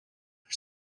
for